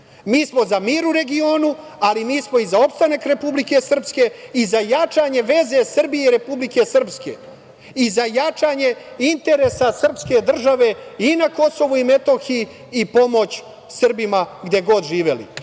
smo za mir u regionu, ali mi smo i za opstanak Republike Srpske i za jačanje veze Srbije i Republike Srpske, i za jačanje interesa srpske države i na KiM i pomoć Srbima gde god živeli. Da